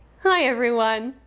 hi everyone.